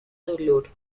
dolor